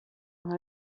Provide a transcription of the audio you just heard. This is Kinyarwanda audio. nka